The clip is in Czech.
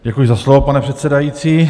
Děkuji za slovo, pane předsedající.